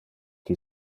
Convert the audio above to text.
qui